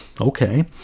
Okay